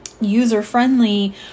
user-friendly